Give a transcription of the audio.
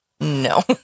No